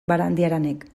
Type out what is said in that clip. barandiaranek